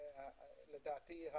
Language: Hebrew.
לדעתי,